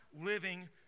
living